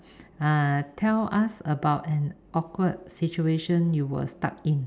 uh tell us about an awkward situation you were stuck in